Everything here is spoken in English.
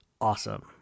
awesome